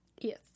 Yes